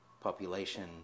population